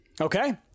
Okay